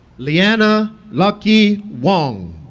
leeanna lok-yee wong